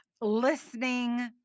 listening